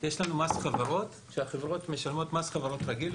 יש מס חברות החברות משלמות מס חברות רגיל,